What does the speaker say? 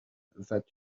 that